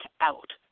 out